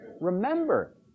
Remember